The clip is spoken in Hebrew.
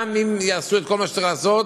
גם אם יעשו את כל מה שצריך לעשות,